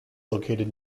located